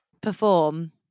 perform